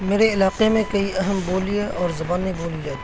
میرے علاقے میں کئی اہم بولیاں اور زبانیں بولی جاتی ہیں